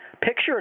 Picture